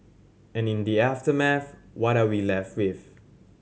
and in the aftermath what are we left with